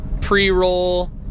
pre-roll